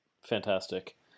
fantastic